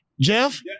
Jeff